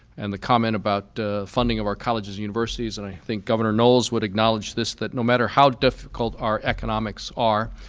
and the comment about funding of our colleges and universities and i think governor knowles would knowledge this, that no matter how difficult our economics are,